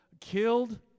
killed